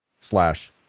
slash